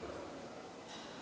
Molim